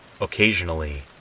Occasionally